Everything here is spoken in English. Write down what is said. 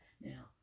Now